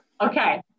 okay